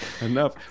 Enough